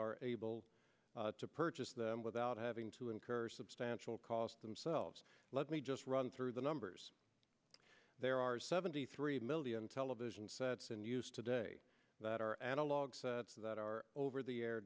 are able to purchase them without having to incur substantial cost themselves let me just run through the numbers there are seventy three million television sets in use today that are analog that are over the air